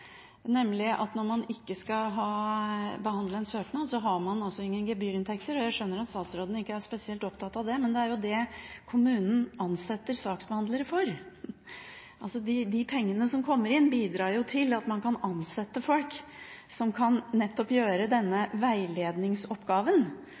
nemlig at når man ikke skal behandle en søknad, har man ingen gebyrinntekter. Jeg skjønner at statsråden ikke er spesielt opptatt av det, men det er det kommunen ansetter saksbehandlere for – de pengene som kommer inn, bidrar til at man kan ansette folk som nettopp kan gjøre denne